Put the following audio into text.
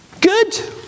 Good